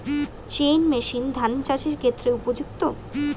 Chain machine ধান চাষের ক্ষেত্রে উপযুক্ত?